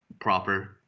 proper